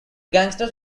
gangsters